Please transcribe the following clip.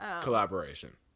collaboration